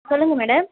சொல்லுங்கள் மேடம்